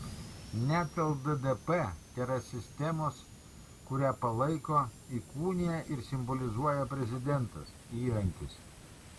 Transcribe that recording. net lddp tėra sistemos kurią palaiko įkūnija ir simbolizuoja prezidentas įrankis